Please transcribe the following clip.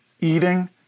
eating